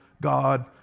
God